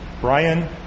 Brian